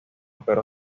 pero